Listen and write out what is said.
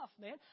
man